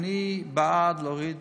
אני בעד להוריד